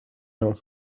nhw